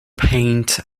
paint